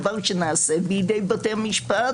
דבר שנעשה בידי בתי המשפט